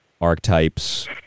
archetypes